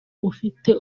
ufite